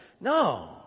No